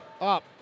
Up